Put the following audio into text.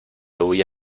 huye